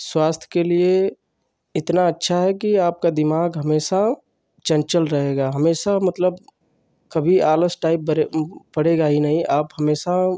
स्वास्थ्य के लिए इतना अच्छा है कि आपका दिमाग हमेशा चंचल रहेगा हमेशा मतलब कभी आलस टाइप बरे पड़ेगा ही नहीं आप हमेशा